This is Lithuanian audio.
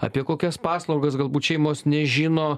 apie kokias paslaugas galbūt šeimos nežino